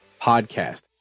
podcast